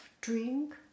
drink